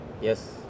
Yes